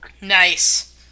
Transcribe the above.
Nice